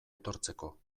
etortzeko